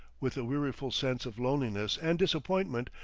with a weariful sense of loneliness and disappointment,